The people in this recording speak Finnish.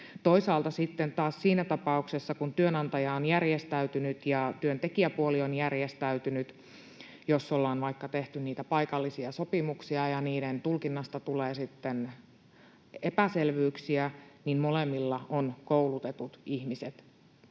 taas siinä tapauksessa, kun työnantaja on järjestäytynyt ja työntekijäpuoli on järjestäytynyt — jos ollaan vaikka tehty niitä paikallisia sopimuksia ja niiden tulkinnasta tulee sitten epäselvyyksiä — molemmilla on koulutetut ihmiset